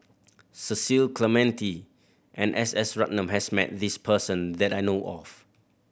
Cecil Clementi and S S Ratnam has met this person that I know of